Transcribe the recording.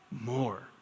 more